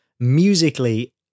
Musically